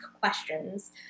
questions